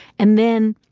and then